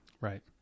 right